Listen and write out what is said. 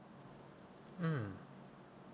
mm